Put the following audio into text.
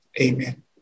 Amen